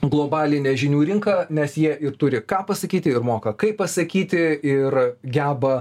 globalinė žinių rinka nes jie ir turi ką pasakyti ir moka kaip pasakyti ir geba